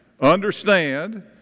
Understand